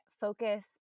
focus